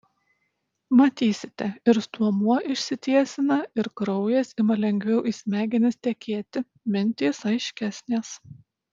matysite ir stuomuo išsitiesina ir kraujas ima lengviau į smegenis tekėti mintys aiškesnės